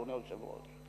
אדוני היושב-ראש?